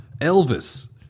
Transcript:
Elvis